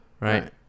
right